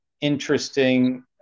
interesting